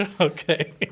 Okay